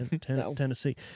Tennessee